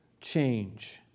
change